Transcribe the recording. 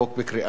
בבקשה.